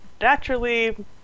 naturally